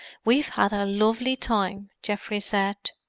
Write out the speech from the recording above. we've had a lovely time! geoffrey said.